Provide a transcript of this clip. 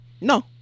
No